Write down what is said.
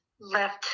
left